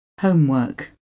homework